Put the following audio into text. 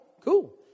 Cool